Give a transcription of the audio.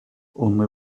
only